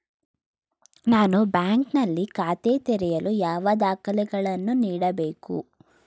ನಾನು ಬ್ಯಾಂಕ್ ನಲ್ಲಿ ಖಾತೆ ತೆರೆಯಲು ಯಾವ ದಾಖಲೆಗಳನ್ನು ನೀಡಬೇಕು?